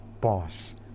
boss